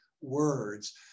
words